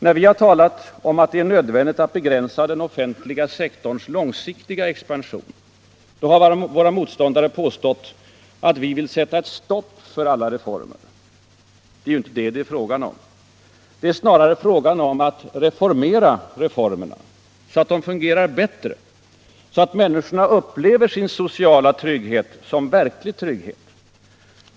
När vi har talat om att det är nödvändigt att begränsa den offentliga sektorns långsiktiga expansion, har våra motståndare påstått att vi vill sätta ett stopp för alla reformer. Det är ju inte detta det är fråga om. Det är snarare fråga om att reformera reformerna. Så att de fungerar bättre. Så att människorna upplever sin sociala trygghet som verklig trygghet.